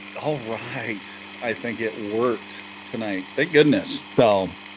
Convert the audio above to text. all right i think it worked tonight thank goodness though